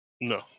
no